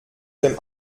dem